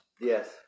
Yes